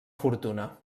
fortuna